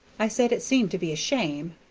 i said it seemed to be a shame,